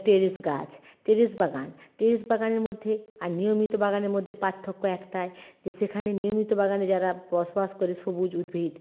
terrace গাছ terrace বাগান terrace বাগানের মধ্যে আর নিয়মিত বাগানের মধ্যে পার্থক্য একটাই যে সেখানে নিয়মিত বাগানে যারা বসবাস করে সবুজ উদ্ভিদ